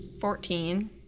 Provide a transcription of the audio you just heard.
fourteen